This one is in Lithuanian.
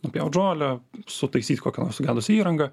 nupjaut žolę sutaisyt kokią nors sugedusią įrangą